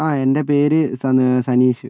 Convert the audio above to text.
ആ എൻ്റെ പേര് സ സനീഷ്